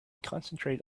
concentrate